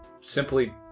simply